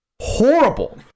Horrible